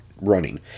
running